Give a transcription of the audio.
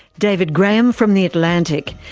david graham from the atlantic.